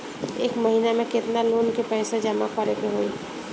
एक महिना मे केतना लोन क पईसा जमा करे क होइ?